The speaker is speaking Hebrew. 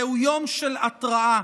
זהו יום של התרעה,